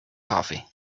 coffee